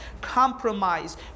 compromise